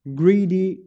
greedy